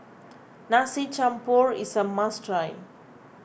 Nasi Campur is a must try